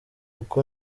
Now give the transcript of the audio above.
uko